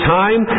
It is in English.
time